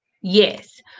Yes